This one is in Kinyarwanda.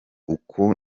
uku